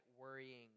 worrying